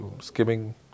skimming